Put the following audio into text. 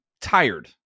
tired